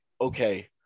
okay